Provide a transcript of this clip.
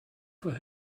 for